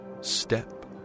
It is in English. step